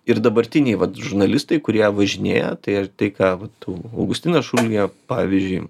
ir dabartiniai vat žurnalistai kurie važinėja tai ar tai ką vat augustinas šulija pavyzdžiui